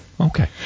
Okay